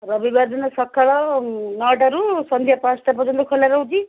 ରବିବାର ଦିନ ସକାଳ ନଅଟାରୁ ସନ୍ଧ୍ୟା ପାଞ୍ଚଟା ପର୍ଯ୍ୟନ୍ତ ଖୋଲା ରହୁଛି